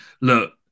look